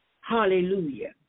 Hallelujah